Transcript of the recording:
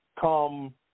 Come